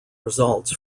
results